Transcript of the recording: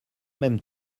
même